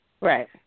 Right